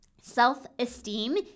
self-esteem